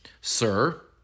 Sir